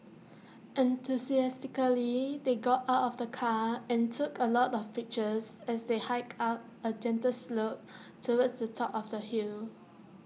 enthusiastically they got out of the car and took A lot of pictures as they hiked up A gentle slope towards the top of the hill